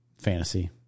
Fantasy